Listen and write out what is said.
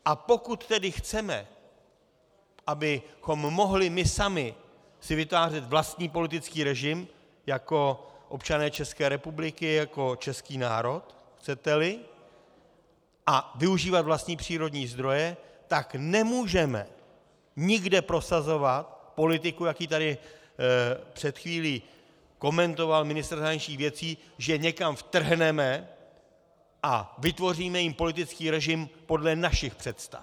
A pokud tedy chceme, abychom mohli my sami si vytvářet vlastní politický režim jako občané České republiky, jako český národ, chceteli, a využívat vlastní přírodní zdroje, tak nemůžeme nikde prosazovat politiku, jak ji tady před chvílí komentoval ministr zahraničních věcí, že někam vtrhneme a vytvoříme jim politický režim podle našich představ.